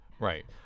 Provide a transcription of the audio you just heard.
Right